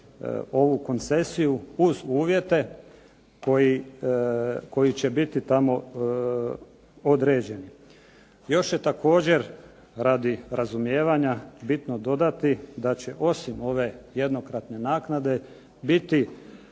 ovu koncesiju uz uvjete koji će biti tamo određeni. Još je također radi razumijevanja bitno dodati da će osim ove jednokratne naknade biti